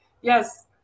Yes